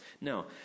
Now